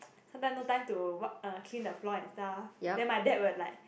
sometime no time to what uh clean the floor and stuff then my dad will like